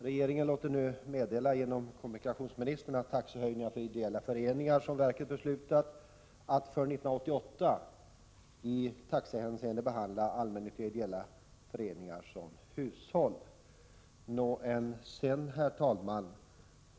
Regeringen låter nu — i fråga om de taxehöjningar för ideella föreningar som televerket har beslutat om — genom kommunikationsministern meddela att allmännyttiga ideella föreningar i taxehänseende kommer att behandlas som hushåll år 1988. Men sedan då, herr talman?